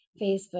Facebook